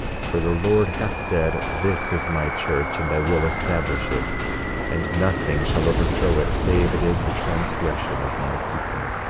for the lord hath said this is my church, and i will establish it and nothing shall overthrow it, save it is the transgression of my people.